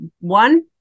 one